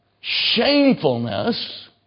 shamefulness